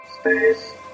Space